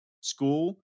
school